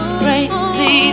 crazy